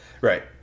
right